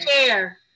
chair